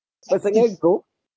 personal goal